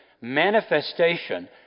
manifestation